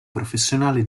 professionale